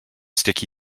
sticky